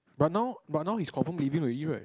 but now but now he is confirm leaving already right